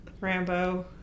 Rambo